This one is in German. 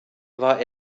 war